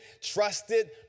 trusted